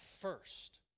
first